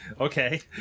okay